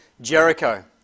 Jericho